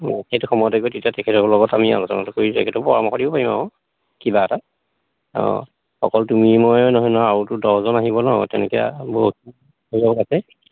অঁ সেইটো সময়তে থাকিব তেতিয়া তেখেতসকলৰ লগত আমি আলোচনাটো কৰি তেখেতকো পৰামৰ্শ দিব পাৰিম আৰু কিবা এটা অঁ অকল তুমি মইয়ে নহয় নহয় আৰুতো দহজন আহিব নহ্ তেনেকৈ বহুত অভিভাৱক আছে